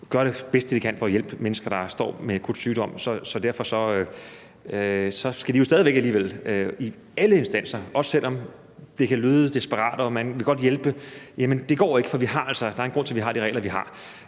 gør det bedste, de kan, for at hjælpe mennesker, der står med akut sygdom. Men derfor skal det jo stadig væk indskærpes, i alle instanser, også selv om folk kan lyde desperate og man godt vil hjælpe, at det ikke går, for der er en grund til, at vi har de regler, vi har.